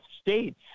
states